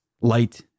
light